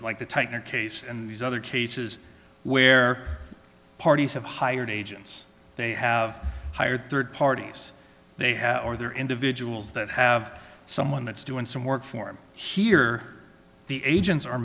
like the tiger case and these other cases where parties have hired agents they have hired third parties they have or they're individuals that have someone that's doing some work for him here the agents are